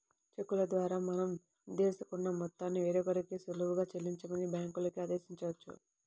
చెక్కుల ద్వారా మనం నిర్దేశించుకున్న మొత్తాన్ని వేరొకరికి సులువుగా చెల్లించమని బ్యాంకులకి ఆదేశించవచ్చు